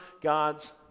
God's